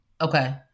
Okay